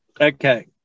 okay